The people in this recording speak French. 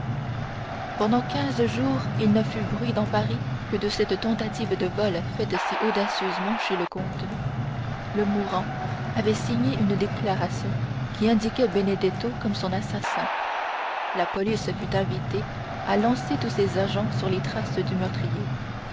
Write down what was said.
pendant quinze jours il ne fut bruit dans paris que de cette tentative de vol faite si audacieusement chez le comte le mourant avait signé une déclaration qui indiquait benedetto comme son assassin la police fut invitée à lancer tous ses agents sur les traces du meurtrier